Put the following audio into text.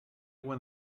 when